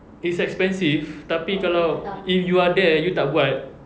is expensive tapi kalau if you are there you tak buat